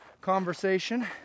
conversation